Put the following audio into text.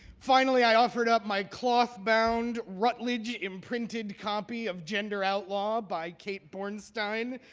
finally, i offered up my cloth-bound rutledge imprinted copy of gender outlaw by kate bornstein,